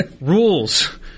rules